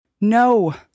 No